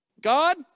God